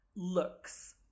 Looks